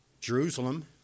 Jerusalem